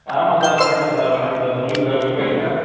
ஆமாம் சார் வணக்கம் சார் வணக்கம் சார் சொல்லுங்கள் சார் உங்கள் பேர் சார்